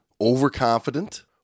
Overconfident